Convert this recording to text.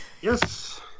Yes